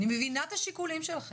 אני מבינה את השיקולים שלכם,